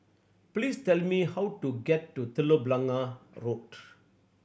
please tell me how to get to Telok Blangah Road